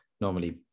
normally